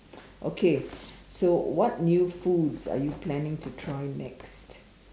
okay so what new foods are you planning to try next